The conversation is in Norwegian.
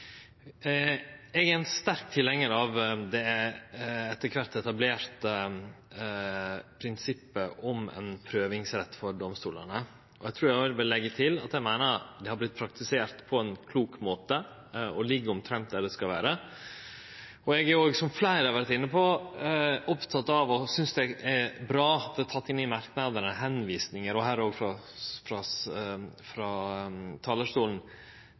Eg er ein sterk tilhengjar av det etter kvart etablerte prinsippet om ein prøvingsrett for domstolane. Eg vil òg leggje til at eg meiner at det har vore praktisert på ein klok måte, og ligg omtrent der det skal vere. Eg er òg, som fleire har vore inne på her frå talarstolen, oppteken av, og synest det er bra, at det i merknadene er teke inn